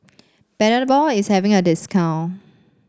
Panadol is having a discount